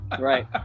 right